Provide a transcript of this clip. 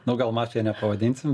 nu gal mafija nepavadinsim